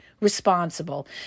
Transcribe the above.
Responsible